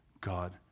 God